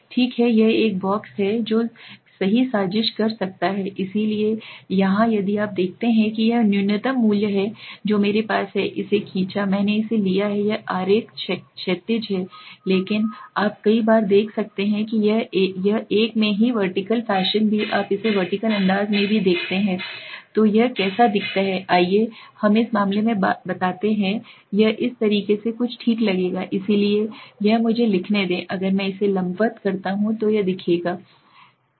ठीक है यह एक बॉक्स है जो सही साजिश कर सकता है इसलिए यहां यदि आप देखते हैं कि यह न्यूनतम मूल्य है जो मेरे पास है इसे खींचा मैंने इसे लिया है यह आरेख क्षैतिज है लेकिन आप कई बार देख सकते हैं कि यह एक में है वर्टिकल फैशन भी आप इसे वर्टिकल अंदाज में देखते हैं तो यह कैसा दिखता है आइए हम इस मामले में बताते हैं यह इस तरह से कुछ ठीक लगेगा इसलिए यह मुझे लिखने दें अगर मैं इसे लंबवत करता हूं तो यह दिखेगा ठीक है फिर